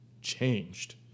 changed